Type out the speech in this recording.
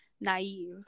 naive